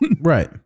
Right